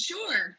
Sure